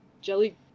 jelly